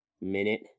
minute